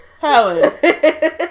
Helen